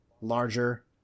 larger